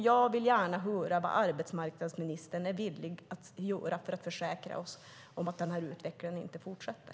Jag vill gärna höra vad arbetsmarknadsministern är villig att göra för att försäkra oss om att utvecklingen inte fortsätter.